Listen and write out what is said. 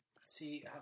See